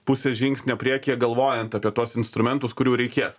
pusė žingsnio priekyje galvojant apie tuos instrumentus kurių reikės